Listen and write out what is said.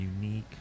unique